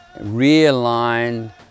realigned